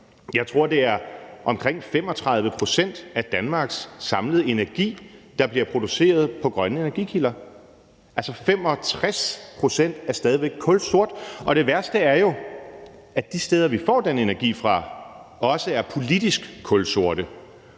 Jeg tror, det er omkring 35 pct. af Danmarks samlede energi, der bliver produceret på grønne energikilder, så 65 pct. er stadig væk kulsort, og det værste er jo, at de steder, vi får den energi fra, også er politisk kulsorte.